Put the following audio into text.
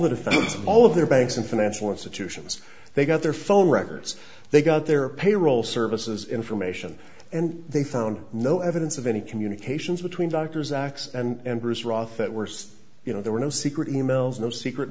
defendants all of their banks and financial institutions they got their phone records they got their payroll services information and they found no evidence of any communications between doctors x and bruce roth at worst you know there were no secret e mails no secret